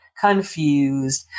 confused